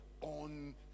on